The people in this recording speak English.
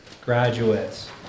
graduates